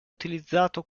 utilizzato